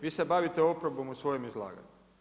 VI se bavite oporbom u svojm izlaganju.